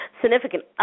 significant